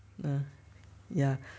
uh ya